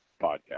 podcast